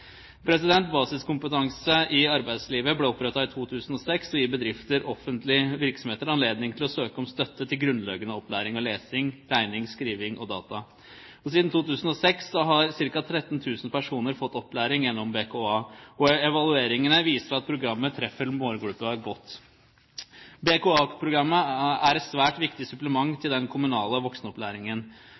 basiskompetanse i arbeidslivet ble opprettet i 2006 og gir bedrifter og offentlige virksomheter anledning til å søke om støtte til grunnleggende opplæring i lesing, skriving, regning og data. Siden 2006 har ca. 13 000 personer fått opplæring gjennom BKA. Evalueringene viser at programmet treffer målgruppen godt. BKA-programmet er et svært viktig supplement til den kommunale voksenopplæringen.